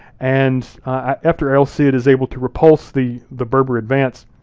and after el cid is able to repulse the the berber advance,